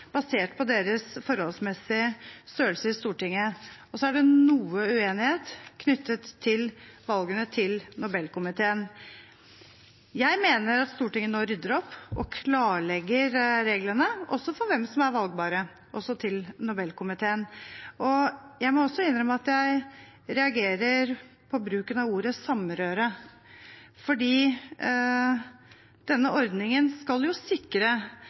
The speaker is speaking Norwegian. basert på deres forholdsmessige størrelse i Stortinget. Så er det noe uenighet knyttet til valgene til Nobelkomiteen. Jeg mener at Stortinget nå rydder opp og klarlegger reglene, også for hvem som er valgbare til Nobelkomiteen. Jeg må også innrømme at jeg reagerer på bruken av ordet «samrøre», for denne ordningen skal jo sikre